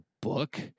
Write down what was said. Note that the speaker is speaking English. book